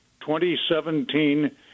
2017